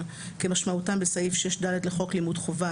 כמשמעותם בסעיף 6(ד) לחוק לימוד חובה,